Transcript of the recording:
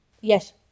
yes